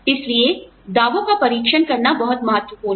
इसलिए दावों का परीक्षण करना बहुत महत्वपूर्ण है